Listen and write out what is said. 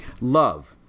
love